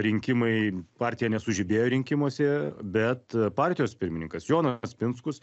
rinkimai partija nesužibėjo rinkimuose bet partijos pirmininkas jonas pinskus